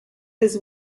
his